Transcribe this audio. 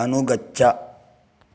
अनुगच्छ